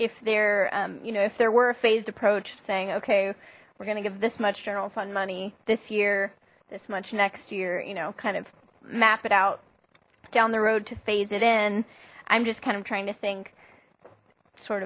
if they're you know if there were a phased approach saying okay we're gonna give this much general fund money this year this much next year you know kind of map it out down the road to phase it in i'm just kind of trying to think sort